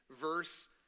verse